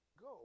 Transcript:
go